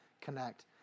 connect